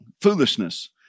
foolishness